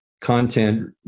content